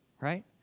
Right